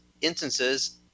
instances